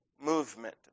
movement